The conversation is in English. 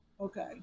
Okay